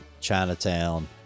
Chinatown